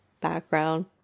background